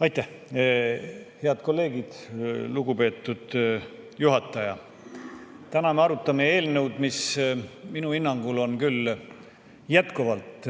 Aitäh! Head kolleegid! Lugupeetud juhataja! Täna me arutame eelnõu, mis minu hinnangul on küll jätkuvalt